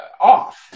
off